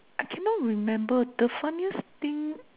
I cannot remember the funniest thing